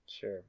Sure